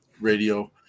radio